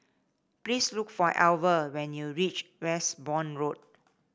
please look for Alver when you reach Westbourne Road